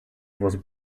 was